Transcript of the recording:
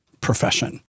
profession